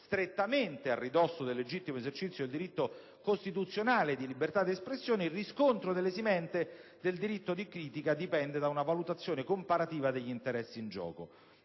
strettamente a ridosso del legittimo esercizio del diritto costituzionale di libertà d'espressione, il riscontro dell'esimente del diritto di critica dipende da una valutazione comparativa degli interessi in gioco.